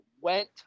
went